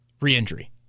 re-injury